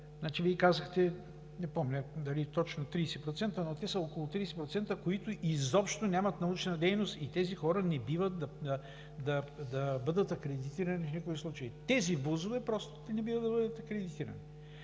Вие казахте, не помня дали 30%, но около 30% са, които изобщо нямат научна дейност, и тези хора не бива да бъдат акредитирани в никакъв случай. Тези ВУЗ-ове просто не бива да бъдат акредитирани.